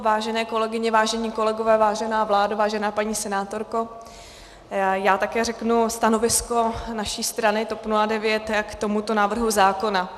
Vážené kolegyně, vážení kolegové, vážená vládo, vážená paní senátorko, já také řeknu stanovisko naší strany TOP 09 k tomuto návrhu zákona.